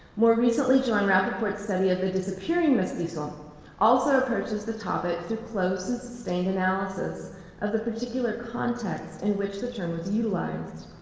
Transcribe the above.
more recently joanne rappaport's study of the disappearing mestizo also approaches the topic through close and sustained analysis of the particular context in which the term was utilized.